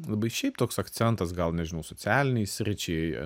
labai šiaip toks akcentas gal nežinau socialinei sričiai